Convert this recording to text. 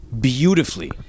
beautifully